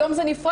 היום זה נפרד.